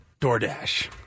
DoorDash